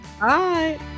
Bye